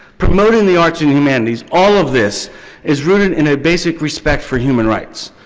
promoting the arts and humanities, all of this is rooted in a basic respect for human rights.